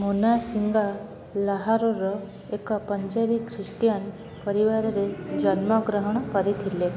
ମୋନା ସିଂଗା ଲାହୋରର ଏକ ପଞ୍ଜାବୀ ଖ୍ରୀଷ୍ଟିଆନ ପରିବାରରେ ଜନ୍ମଗ୍ରହଣ କରିଥିଲେ